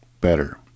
better